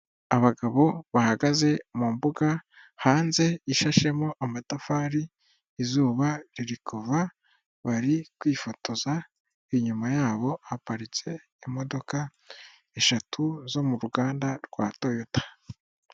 Abagabo bahagaze mu mbuga hanze ishashemo amatafari, izuba riri kuva, bari kwifotoza, inyuma yabo haparitse imodoka eshatu zo mu ruganda rwa Toyota.